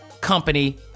company